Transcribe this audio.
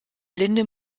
blinde